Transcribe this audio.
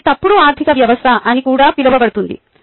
ఇది తప్పుడు ఆర్థిక వ్యవస్థ అని కూడా పిలువబడుతుంది